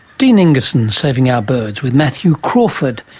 dean ingwersen, saving our birds, with matthew crawford.